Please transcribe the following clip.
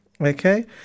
okay